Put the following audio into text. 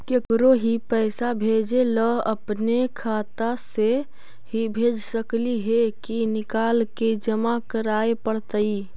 केकरो ही पैसा भेजे ल अपने खाता से ही भेज सकली हे की निकाल के जमा कराए पड़तइ?